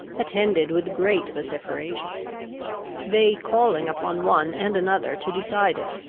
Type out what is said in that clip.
attended with great vociferation they calling upon one and another to decide it,